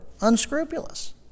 unscrupulous